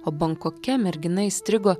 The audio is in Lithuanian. o bankoke mergina įstrigo